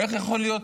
איך זה יכול להיות?